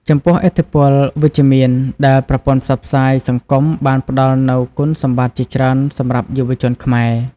ចំពោះឥទ្ធិពលវិជ្ជមាន ដែលប្រព័ន្ធផ្សព្វផ្សាយសង្គមបានផ្តល់នូវគុណសម្បត្តិជាច្រើនសម្រាប់យុវជនខ្មែរ។